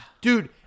Dude